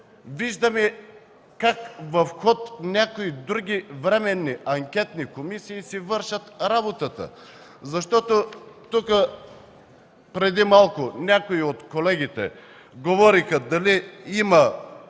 виждаме как в ход някои други временни анкетни комисии си вършат работата. Тук преди малко някои от колегите говориха дали има